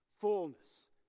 Fullness